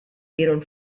dieron